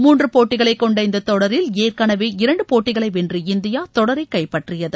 மூன்று போட்டிகளைக் கொண்ட இந்த தொடரில் ஏற்கெனவே இரண்டு போட்டிகளை வென்று இந்தியா தொடரை கைப்பற்றியது